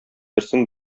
берсен